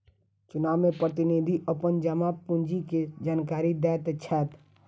चुनाव में प्रतिनिधि अपन जमा पूंजी के जानकारी दैत छैथ